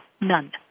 none